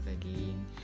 again